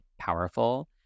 powerful